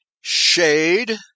shade